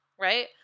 right